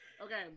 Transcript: okay